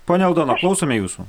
ponia aldona klausome jūsų